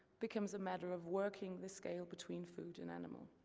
becomes a matter of working the scale between food and animal.